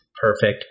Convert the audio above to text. Perfect